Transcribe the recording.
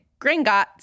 Gringotts